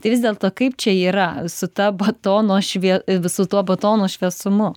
tai vis dėlto kaip čia yra su ta batono švie visu tuo batono šviesumu